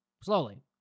slowly